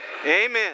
Amen